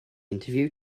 interview